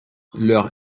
leur